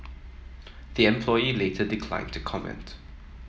the employee later declined to comment